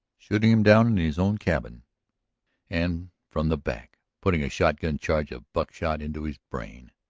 shooting him down in his own cabin and from the back, putting a shotgun charge of buckshot into his brain.